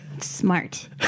Smart